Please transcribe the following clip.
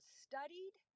studied